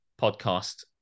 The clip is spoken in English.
podcast